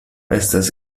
estas